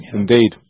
indeed